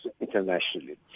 internationally